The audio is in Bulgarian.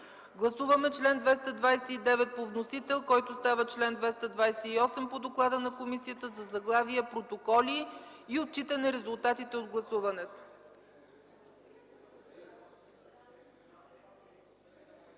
Гласуваме чл. 229 по вносител, който става чл. 228 по доклада на комисията със заглавие „Протоколи и отчитане резултатите от гласуването”.